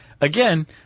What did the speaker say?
again